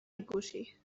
ikusi